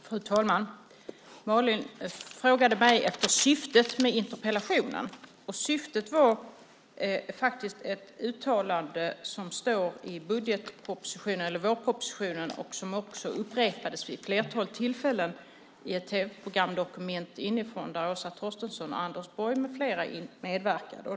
Fru talman! Malin frågade mig om syftet med interpellationen. Syftet var faktiskt ett uttalande som står i vårpropositionen och som också upprepades vid ett flertal tillfällen i ett tv-program, Dokument inifrån , där Åsa Torstensson och Anders Borg med flera medverkade.